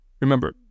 Remember